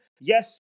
yes